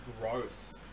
growth